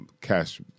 cash